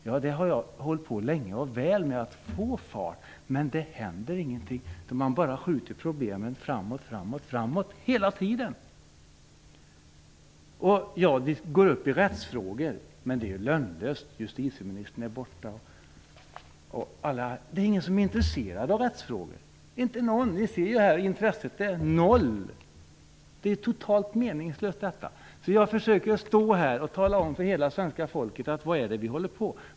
Jag har länge och väl hållit på med att försöka få fart på kammaren. Men det händer ingenting. Man bara skjuter problemen framåt, framåt och åter framåt. Jag går upp i talarstolen för att diskutera rättsfrågor, men det är lönlöst. Justitieministern är borta. Det finns ingen som är intresserad av rättsfrågor. Vi ser ju här att intresset är lika med noll. Detta är totalt meningslöst. Jag står här och försöker tala om för hela svenska folket vad vi håller på med.